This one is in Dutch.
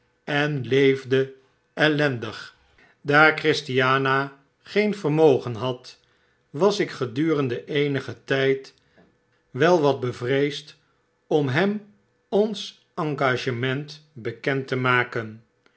en leefde ellendig daar christiana geen vermogen had was ik gedurende eenigen tijd wel wat bevreesd om hem ons engagement bekend te maken